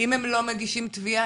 אם הם לא מגישים תביעה,